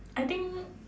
I think